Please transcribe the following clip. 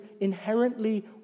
inherently